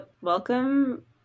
welcome